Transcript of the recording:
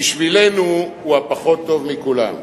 בשבילנו, הוא הפחות טוב מכולם.